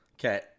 Okay